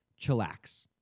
Chillax